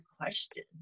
question